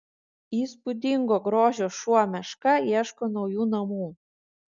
įspūdingo grožio šuo meška ieško naujų namų